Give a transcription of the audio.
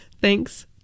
Thanks